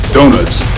Donuts